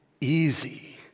easy